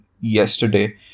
yesterday